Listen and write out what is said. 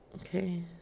Okay